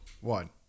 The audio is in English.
one